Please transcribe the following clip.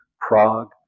Prague